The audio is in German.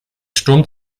sturm